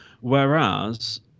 whereas